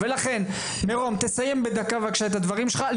ולכן, מירום תסיים בדקה בבקשה את הדברים שלך.